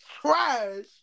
trash